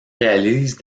réalise